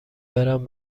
برم